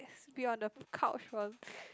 spit on the couch